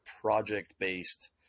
project-based